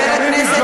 שמקבלים ג'ובים,